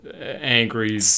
angry